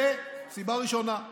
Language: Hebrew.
זו סיבה ראשונה.